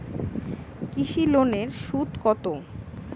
কৃষি লোনের সুদ কত?